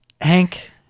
Hank